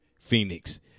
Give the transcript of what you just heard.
Phoenix